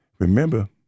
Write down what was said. Remember